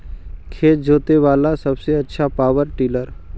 खेत जोते बाला सबसे आछा पॉवर टिलर?